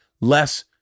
less